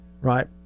right